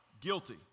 Guilty